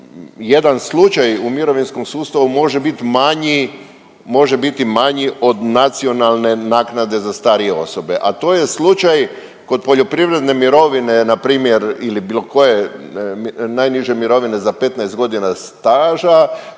jedan slučaj u mirovinskom sustavu može bit manji, može biti manji od nacionalne naknade za starije osobe, a to je slučaj kod poljoprivredne mirovine, na primjer, ili bilo koje najniže mirovine za 15 godina staža,